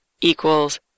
equals